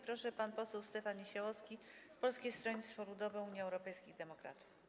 Proszę, pan poseł Stefan Niesiołowski, Polskie Stronnictwo Ludowe - Unia Europejskich Demokratów.